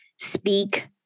Speak